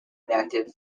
inactive